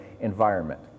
environment